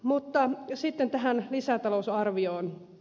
mutta sitten tähän lisätalousarvioon